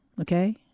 okay